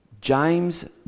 James